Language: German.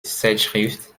zeitschrift